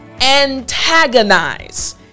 antagonize